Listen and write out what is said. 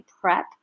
PrEP